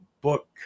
book